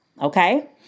Okay